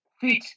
fit